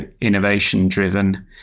innovation-driven